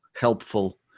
helpful